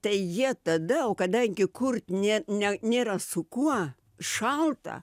tai jie tada o kadangi kurt ne ne nėra su kuo šalta